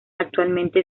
actualmente